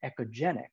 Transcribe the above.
echogenic